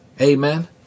Amen